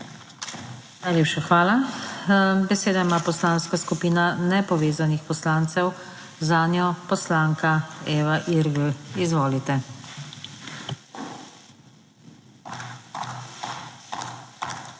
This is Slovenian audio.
Najlepša hvala. Besedo ima Poslanska skupina nepovezanih poslancev, zanjo poslanka Eva Irgl. Izvolite.